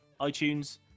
iTunes